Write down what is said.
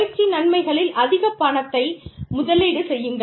பயிற்சி நன்மைகளில் அதிக பணத்தை முதலீடு செய்யுங்கள்